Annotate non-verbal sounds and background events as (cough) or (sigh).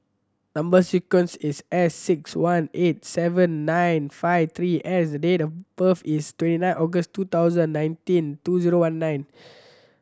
number sequence is S six one eight seven nine five three S date of birth is twenty nine August two thousand and nineteen two zero one nine (noise)